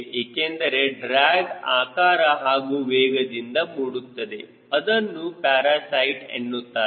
ಏಕೆಂದರೆ ಡ್ರ್ಯಾಗ್ ಆಕಾರ ಹಾಗೂ ವೇಗದಿಂದ ಮೂಡುತ್ತದೆ ಅದನ್ನು ಪ್ಯಾರಾಸೈಟ್ ಎನ್ನುತ್ತಾರೆ